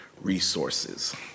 resources